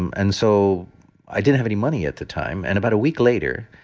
and so i didn't have any money at the time. and about a week later,